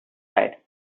side